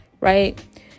Right